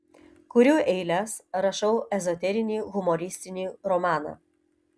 kuriu eiles rašau ezoterinį humoristinį romaną